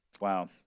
Wow